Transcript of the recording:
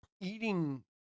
eating